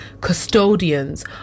custodians